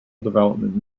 development